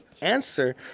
answer